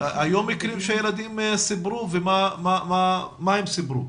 היו מקרים שילדים סיפרו, ומה הם סיפרו?